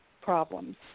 problems